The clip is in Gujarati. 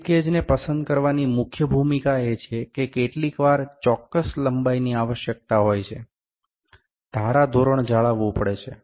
સ્લિપ ગેજને પસંદ કરવાની મુખ્ય ભૂમિકા એ છે કે કેટલીકવાર ચોક્કસ લંબાઈની આવશ્યકતા હોય છે ધારાધોરણ જાળવવું પડે છે